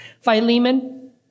Philemon